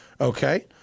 Okay